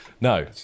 No